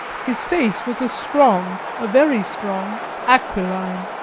his face was a strong a very strong aquiline,